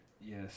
Yes